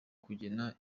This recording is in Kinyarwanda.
kugena